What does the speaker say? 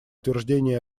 утверждения